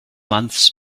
months